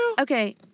Okay